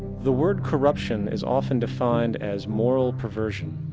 the word corruption is often defined as moral perversion.